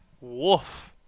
woof